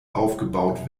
aufgebaut